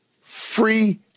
free